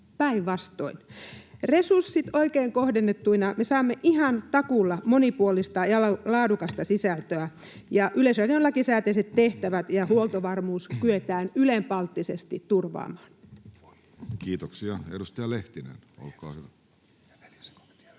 päinvastoin. Resurssit oikein kohdennettuina me saamme ihan takuulla monipuolista ja laadukasta sisältöä ja Yleisradion lakisääteiset tehtävät ja huoltovarmuus kyetään ylenpalttisesti turvaamaan. Kiitoksia. — Edustaja Lehtinen, olkaa hyvä.